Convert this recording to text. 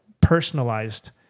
personalized